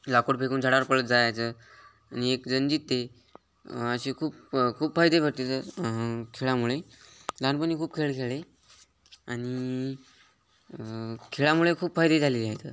लाकूड फेकून झाडावर पळत जायचं आणि एक जण जित्ते असे खूप खूप फायदे भेटते तर खेळामुळे लहानपणी खूप खेळ खेळले आणि खेळामुळे खूप फायदे झालेले आहेत